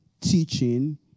teaching